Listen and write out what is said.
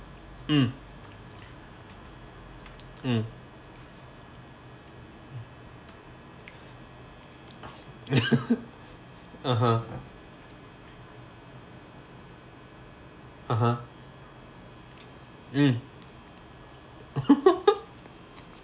mm mm (uh huh) (uh huh) mm